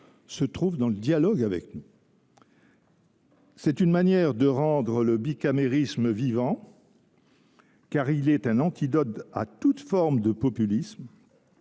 réside dans le dialogue avec nous. C’est une manière de rendre le bicamérisme vivant, car celui-ci est un antidote à toute forme de populisme